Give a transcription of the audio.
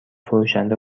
فروشنده